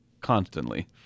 Constantly